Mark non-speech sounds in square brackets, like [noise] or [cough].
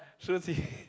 shu qi [breath]